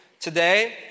today